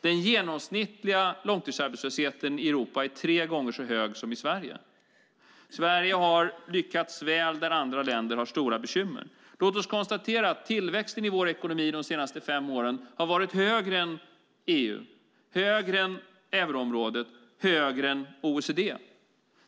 Den genomsnittliga långtidsarbetslösheten i Europa är tre gånger så hög som i Sverige. Sverige har lyckats väl där andra länder har stora bekymmer. Låt oss konstatera att tillväxten i vår ekonomi de senaste fem åren har varit högre än i EU, högre än i euroområdet, högre än i OECD.